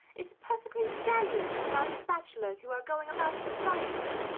it's perfectly scandalous the amount of bachelors who are going about society.